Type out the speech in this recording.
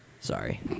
Sorry